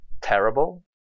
terrible